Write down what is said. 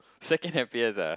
second happiest ah